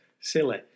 silly